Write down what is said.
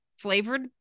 flavored